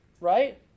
right